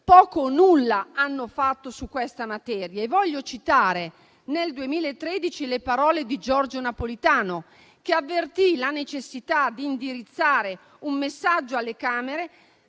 poco o nulla hanno fatto su questa materia. Voglio citare le parole pronunciate nel 2013 da Giorgio Napolitano, che avvertì la necessità di indirizzare un messaggio alle Camere,